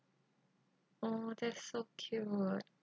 oh that's so cute